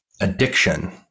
addiction